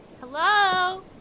Hello